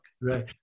Right